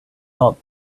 not